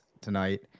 tonight